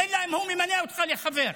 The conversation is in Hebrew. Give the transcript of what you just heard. אלא אם כן הוא ממנה אותך לחבר.